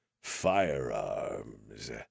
firearms